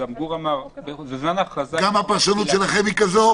גם גור אמר --- גם הפרשנות שלכם היא כזאת?